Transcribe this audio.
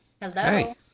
Hello